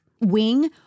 wing